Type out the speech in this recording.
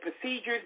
procedures